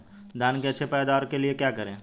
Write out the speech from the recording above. धान की अच्छी पैदावार के लिए क्या करें?